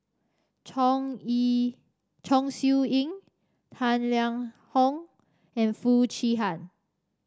Chong Chong Siew Ying Tang Liang Hong and Foo Chee Han